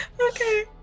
okay